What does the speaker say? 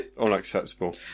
Unacceptable